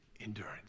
endurance